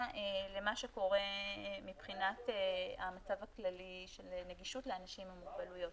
למה שקורה מבחינת המצב הכללי של נגישות לאנשים עם מוגבלויות.